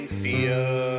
fear